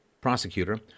prosecutor